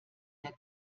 der